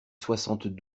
soixante